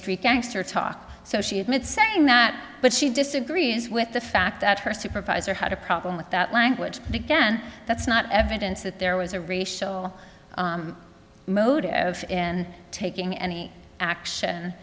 street gangster talk so she admits saying that but she disagrees with the fact that her supervisor had a problem with that language again that's not evidence that there was a racial motive in taking any action